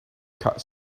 cut